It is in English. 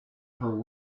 her